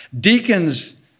Deacons